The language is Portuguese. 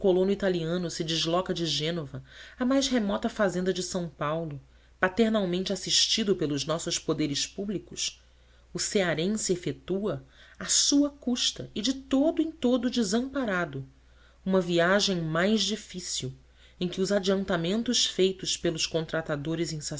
italiano se desloca de gênova à mais remota fazenda de s paulo paternalmente assistido pelos nossos poderes públicos o cearense efetua à sua custa e de todo em todo desamparado uma viagem mais difícil em que os adiantamentos feitos pelos contratadores